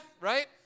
right